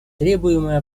требуемое